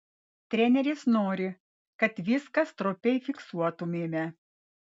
treneris nori kad viską stropiai fiksuotumėme